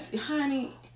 honey